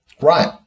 Right